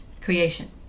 creation